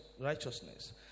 righteousness